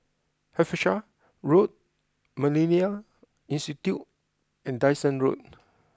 Hampshire Road Millennia Institute and Dyson Road